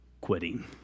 quitting